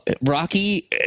Rocky